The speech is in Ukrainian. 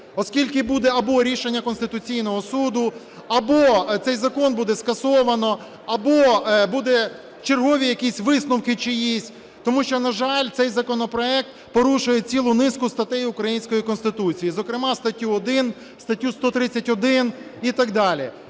оскільки буде або рішення Конституційного Суду, або цей закон буде скасовано, або буде чергові якісь висновки чиїсь. Тому, на жаль, цей законопроект порушує цілу низку статей української Конституції, зокрема статтю 1, статтю 131 і так далі.